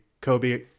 kobe